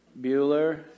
Bueller